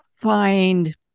find